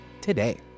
today